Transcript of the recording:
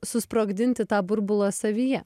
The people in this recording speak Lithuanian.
susprogdinti tą burbulą savyje